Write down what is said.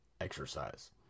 exercise